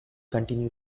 continue